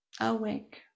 Awake